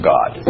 God